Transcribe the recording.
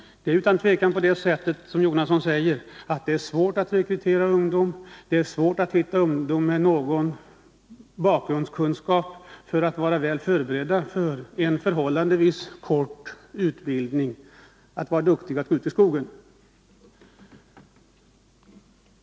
Det är utan tvivel så, som herr Jonasson säger, att det är svårt att rekrytera ungdom. Det är svårt att hitta ungdomar med någon bakgrundskunskap, som efter en förhållandevis kort utbildning är väl förberedda och duktiga när det gäller att gå ut i skogen.